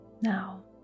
Now